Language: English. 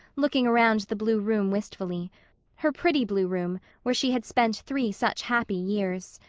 looking around the blue room wistfully her pretty blue room where she had spent three such happy years.